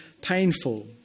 painful